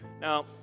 Now